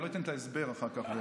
אני לא אתן את ההסבר אחר כך.